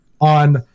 on